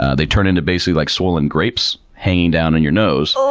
ah they turn into basically like swollen grapes hanging down in your nose.